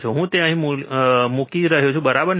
તેથી હું તેને અહીં મૂકી રહ્યો છું બરાબર ને